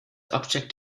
object